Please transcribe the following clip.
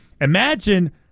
imagine